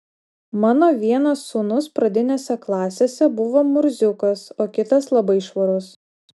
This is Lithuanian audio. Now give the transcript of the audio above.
mano vienas sūnus pradinėse klasėse buvo murziukas o kitas labai švarus